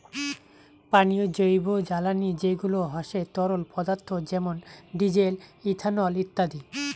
পানীয় জৈবজ্বালানী যেগুলা হসে তরল পদার্থ যেমন ডিজেল, ইথানল ইত্যাদি